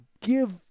give